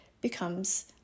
becomes